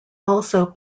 also